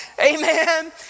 Amen